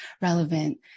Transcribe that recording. relevant